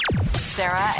Sarah